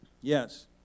Yes